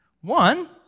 One